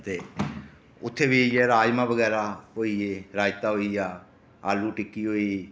ते उत्थै बी इ'यै राजमांह् बगैरा होई गे रायता होई गेआ आलू टिक्की होई